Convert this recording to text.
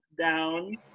down